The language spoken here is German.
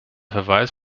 verweis